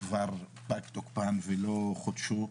כבר פג תוקפן, ולא חודשו.